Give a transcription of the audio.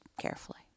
carefully